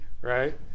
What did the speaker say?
right